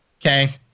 Okay